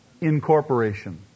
incorporation